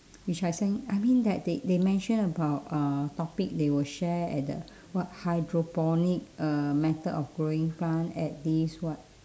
which I send you I mean that they they mention about uh topic they will share at the what hydroponic uh method of growing plant at this what